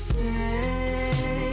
Stay